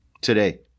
today